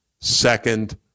Second